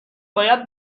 باید